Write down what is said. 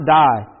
die